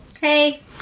Hey